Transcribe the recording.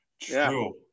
True